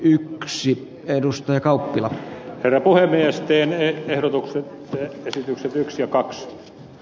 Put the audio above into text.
yksi edustaja kauppila peräpohjan eristeen ehdotuksen esitykset yksia kaksi